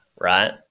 right